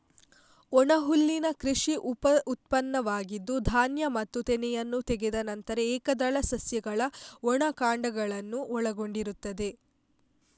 ಒಣಹುಲ್ಲಿನ ಕೃಷಿ ಉಪ ಉತ್ಪನ್ನವಾಗಿದ್ದು, ಧಾನ್ಯ ಮತ್ತು ತೆನೆಯನ್ನು ತೆಗೆದ ನಂತರ ಏಕದಳ ಸಸ್ಯಗಳ ಒಣ ಕಾಂಡಗಳನ್ನು ಒಳಗೊಂಡಿರುತ್ತದೆ